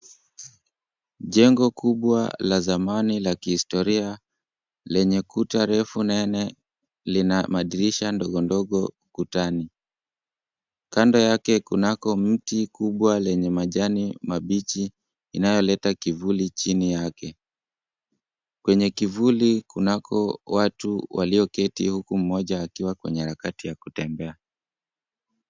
Jengo kubwa la zamani la kihistoria lenye kuta refu nene, lina madirisha ndogo ndogo kutani. Kando yake kunako mti kubwa lenye majani mabichi inayoleta kivuli chini yake. Kwenye kivuli kunako watu walioketi huku mmoja akiwa kwenye harakati ya kutembea.